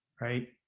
right